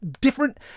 different